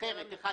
אחרת יקרה 1,